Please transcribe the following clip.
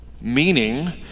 Meaning